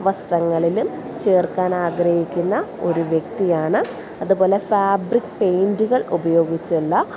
വസ്ത്രങ്ങളിലും ചേർക്കാൻ ആഗ്രഹിക്കുന്ന ഒരു വ്യക്തിയാണ് അതുപോലെ ഫാബ്രിക് പെയിൻറുകൾ ഉപയോഗിച്ചുള്ള